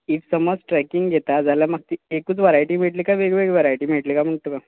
if समज trekking घेता जाल्यार म्हाका ती एकूच वरायटी मेळटली काय वेगळी वेगळी वरायटी मेळटली गा म्हणटा तुका